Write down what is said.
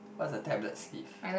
what's a tablet sleeve